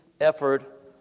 effort